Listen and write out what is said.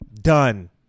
Done